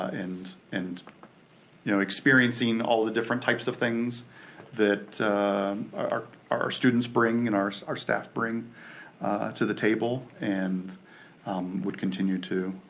and and you know experiencing all the different types of things that our our students bring and our our staff bring to the table, and would continue to